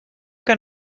que